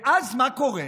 ואז, מה קורה?